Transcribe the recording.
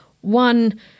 one